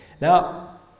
Now